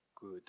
good